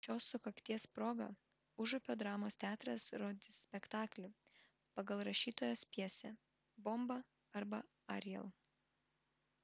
šios sukakties proga užupio dramos teatras rodys spektaklį pagal rašytojos pjesę bomba arba ariel